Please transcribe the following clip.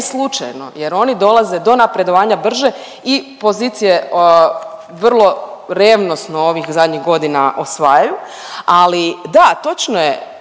slučajno jer oni dolaze do napredovanja brže i pozicije vrlo revnosno ovih zadnjih godina osvajaju, ali da točno je